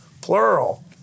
plural